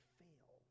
fail